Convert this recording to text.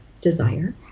desire